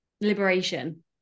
liberation